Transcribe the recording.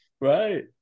Right